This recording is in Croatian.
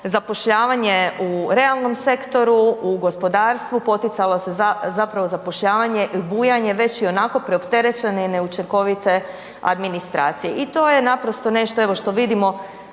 zapošljavanje u realnom sektoru, u gospodarstvu, poticalo se zapravo zapošljavanje i bujanje već ionako preopterećene i neučinkovite administracije. I to je naprosto nešto evo što vidimo